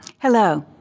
hello.